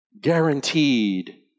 Guaranteed